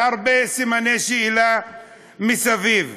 והרבה סימני שאלה מסביב.